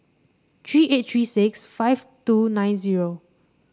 three eight three six five two nine zero